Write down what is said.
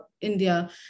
india